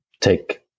take